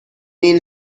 این